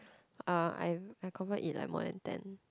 uh I I confirm eat like more than ten